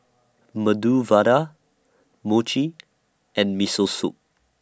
Medu Vada Mochi and Miso Soup